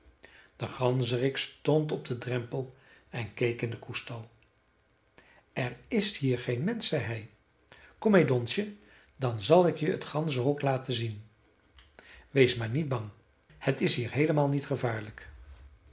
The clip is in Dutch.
de ganzerik stond op den drempel en keek in den koestal er is hier geen mensch zei hij kom mee donsje dan zal ik je het ganzenhok laten zien wees maar niet bang het is hier heelemaal niet gevaarlijk